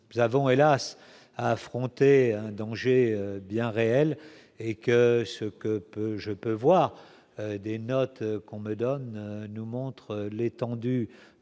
nous avons hélas à affronter un danger bien réel et que ce que je peux, je peux voir des notes qu'on me donne nous montre l'étendue